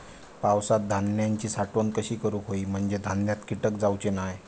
पावसात धान्यांची साठवण कशी करूक होई म्हंजे धान्यात कीटक जाउचे नाय?